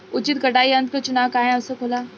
उचित कटाई यंत्र क चुनाव काहें आवश्यक होला?